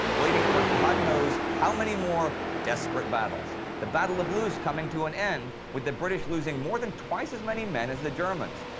waiting for god knows how many more desperate battles. the battle of loos coming to an end, with the british losing more than twice as many men as the germans.